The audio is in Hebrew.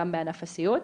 גם בענף הסיעוד,